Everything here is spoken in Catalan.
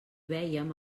veiem